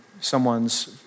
someone's